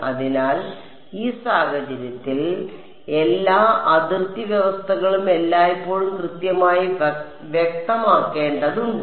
അതിനാൽ ഈ സാഹചര്യത്തിൽ എല്ലാ അതിർത്തി വ്യവസ്ഥകളും എല്ലായ്പ്പോഴും കൃത്യമായി വ്യക്തമാക്കേണ്ടതുണ്ട്